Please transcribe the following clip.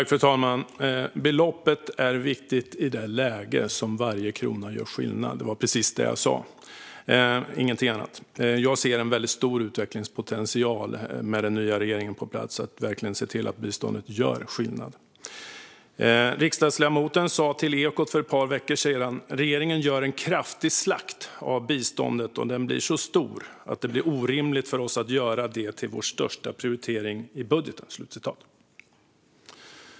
Fru talman! Beloppet är viktigt i det läge då varje krona gör skillnad. Det var precis det jag sa, ingenting annat. Jag ser en väldigt stor utvecklingspotential med den nya regeringen på plats när det gäller att verkligen se till att biståndet gör skillnad. Riksdagsledamoten sa till Ekot för ett par veckor sedan: Regeringen gör en kraftig slakt av biståndet, och den blir så stor att det blir orimligt för oss att göra det till vår största prioritering i budgeten.